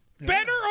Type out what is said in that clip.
Better